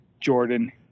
Jordan